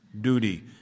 Duty